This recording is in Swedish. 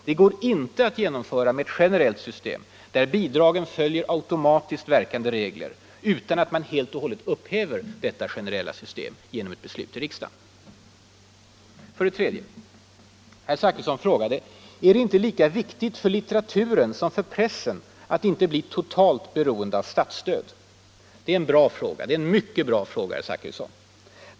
Det går inte att genomföra med ett generellt system, där bidragen följer automatiskt verkande regler, utan att man helt upphäver detta generella system genom ett beslut i riksdagen. 3. Herr Zachrisson frågade: ”——-— är det inte lika viktigt för litteraturen som för pressen att inte bli totalt beroende av statsstöd?” Det är en mycket bra fråga.